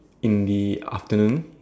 in the afternoon